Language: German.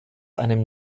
einem